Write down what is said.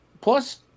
plus